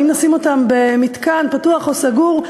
האם נשים אותם במתקן פתוח או סגור,